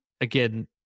again